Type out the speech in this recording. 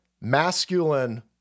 masculine